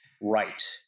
Right